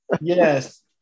Yes